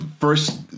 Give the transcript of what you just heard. first